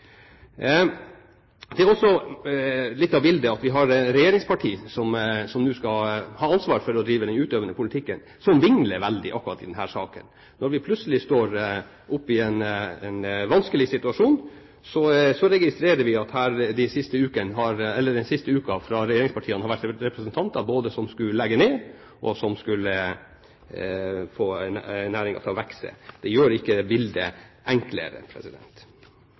skal ha ansvaret for å drive den utøvende politikken, som vingler veldig i akkurat denne saken. Når vi plutselig står oppe i en vanskelig situasjon, registrerer vi at det den siste uken fra regjeringspartiene har vært både representanter som skulle legge ned, og representanter som skulle få næringen til å vokse. Det gjør ikke bildet enklere.